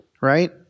right